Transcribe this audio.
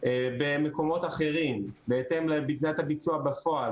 במקומות אחרים בהתאם לעמידת הביצוע בפועל,